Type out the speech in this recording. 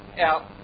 out